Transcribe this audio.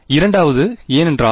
இரண்டாவது ஏனென்றால்